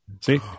See